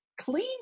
clean